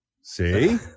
See